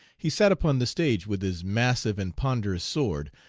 he sat upon the stage with his massive and ponderous sword,